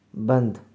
बंद